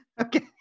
Okay